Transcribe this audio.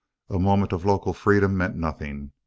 a moment of local freedom meant nothing,